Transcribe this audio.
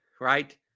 right